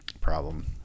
problem